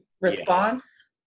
response